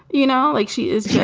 you know, like she is. yeah